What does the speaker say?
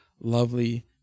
lovely